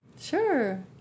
Sure